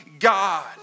God